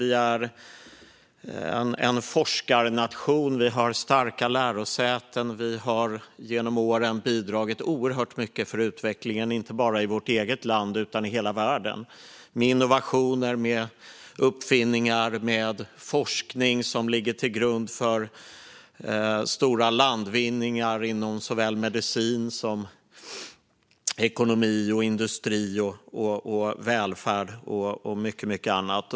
Vi är en forskarnation. Vi har starka lärosäten. Vi har genom åren bidragit oerhört mycket till utvecklingen - inte bara i vårt eget land utan i hela världen - med innovationer, uppfinningar och forskning som ligger till grund för stora landvinningar inom såväl medicin som ekonomi, industri, välfärd och mycket annat.